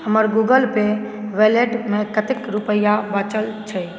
हमर Google Pay wallet मे कतेक रुपैया बचल छै